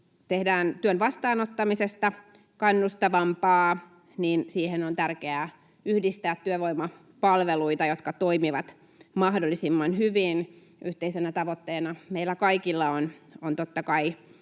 tehdään työn vastaanottamisesta kannustavampaa, niin siihen on tärkeää yhdistää työvoimapalveluita, jotka toimivat mahdollisimman hyvin. Yhteisenä tavoitteena meillä kaikilla on totta kai